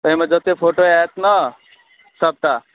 एहिमे जते फोटो आयत ने सबटा